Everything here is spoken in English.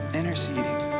interceding